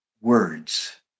words